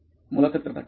मुलाखत कर्ता ठीक आहे